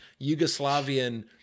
Yugoslavian